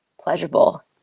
pleasurable